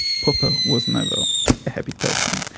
popper was never a happy person.